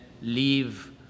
leave